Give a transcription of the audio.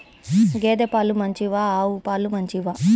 గేద పాలు మంచివా ఆవు పాలు మంచివా?